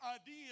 idea